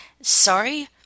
Sorry